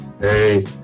Hey